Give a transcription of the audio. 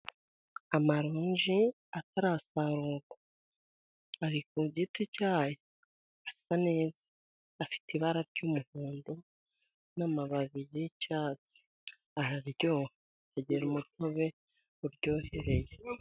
Amaronji atarasarurwa ari ku giti cyayo. Asa neza afite ibara ry'umuhondo, n'amababi y'icyatsi. Araryoha agira umutobe uryohereye.